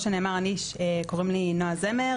אני נועה זמר,